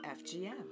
FGM